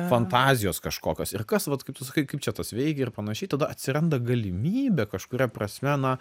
fantazijos kažkokios ir kas vat kaip tu sakai kaip čia tas veikia ir panašiai tada atsiranda galimybė kažkuria prasme na